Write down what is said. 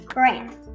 Grant